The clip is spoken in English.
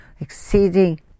exceeding